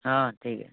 ହଁ ଠିକ୍ ଅଛି